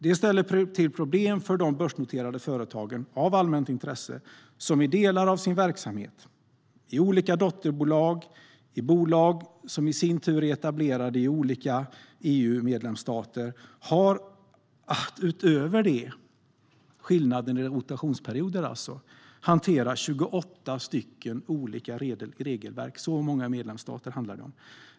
Det ställer till problem för de börsnoterade företag av allmänt intresse som i delar av sina verksamheter, i olika dotterbolag och i bolag som i sin tur är etablerade i olika EU-medlemsstater, utöver skillnaden i rotationsperioder har att hantera 28 olika regelverk. Så många medlemsstater handlar det om.